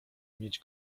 mieć